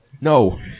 No